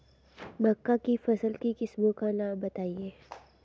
मक्का की फसल की किस्मों का नाम बताइये